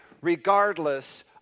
regardless